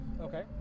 Okay